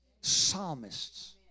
psalmists